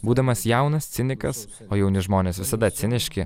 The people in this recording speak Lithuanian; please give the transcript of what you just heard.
būdamas jaunas cinikas o jauni žmonės visada ciniški